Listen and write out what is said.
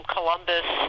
Columbus